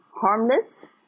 harmless